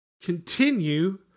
continue